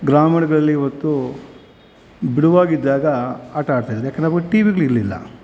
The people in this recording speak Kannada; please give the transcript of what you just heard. ಗ್ರಾಮಗಳಲ್ಲಿ ಇವತ್ತು ಬಿಡುವಾಗಿದ್ದಾಗ ಆಟ ಆಡ್ತಿದ್ದರು ಏಕೆಂದ್ರೆ ಆವಾಗ ಟಿವಿಗಳು ಇರಲಿಲ್ಲ